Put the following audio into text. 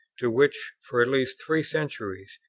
to which, for at least three centuries,